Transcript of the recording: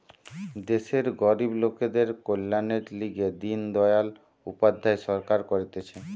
দেশের গরিব লোকদের কল্যাণের লিগে দিন দয়াল উপাধ্যায় সরকার করতিছে